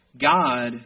God